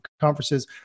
conferences